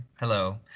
Hello